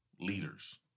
leaders